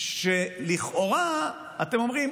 שלכאורה אתם אומרים: